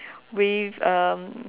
with um